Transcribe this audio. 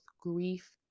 grief